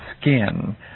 skin